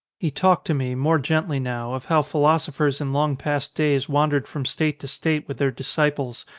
he talked to me, more gently now, of how phi losophers in long past days wandered from state to state with their disciples,